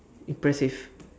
impressive